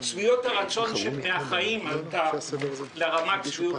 שביעות הרצון מהחיים עלתה לרמת שביעות